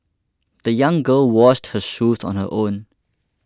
the young girl washed her shoes on her own